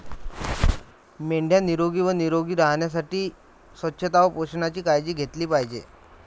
मेंढ्या निरोगी व निरोगी राहण्यासाठी स्वच्छता व पोषणाची काळजी घेतली पाहिजे